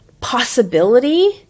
possibility